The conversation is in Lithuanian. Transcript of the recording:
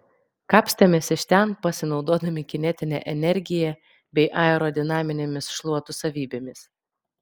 kapstėmės iš ten pasinaudodami kinetine energija bei aerodinaminėmis šluotų savybėmis